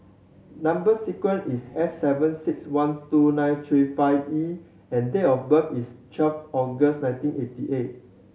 number sequence is S seven six one two nine three five E and date of birth is twelve August nineteen eighty eight